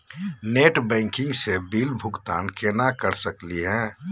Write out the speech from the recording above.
Net banking स bill भुगतान केना कर सकली हे?